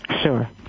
Sure